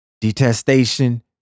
Detestation